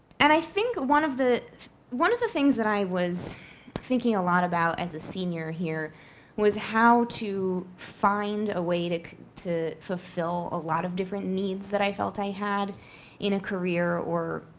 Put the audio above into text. and i think one of the one of the things that i was thinking a lot about as a senior here was how to find a way to to fulfill a lot of different needs that i felt i had in a career or,